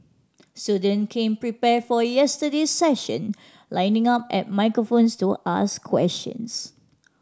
student came prepared for yesterday's session lining up at microphones to ask questions